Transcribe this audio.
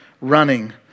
running